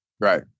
Right